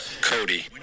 Cody